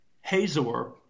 Hazor